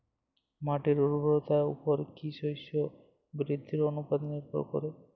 মাটির উর্বরতার উপর কী শস্য বৃদ্ধির অনুপাত নির্ভর করে?